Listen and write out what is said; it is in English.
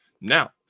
now